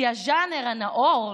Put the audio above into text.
כי הז'אנר הנאור,